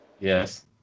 Yes